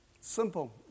Simple